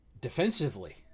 Defensively